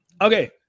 Okay